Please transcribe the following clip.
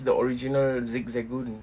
he's the original zigzagoon